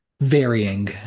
varying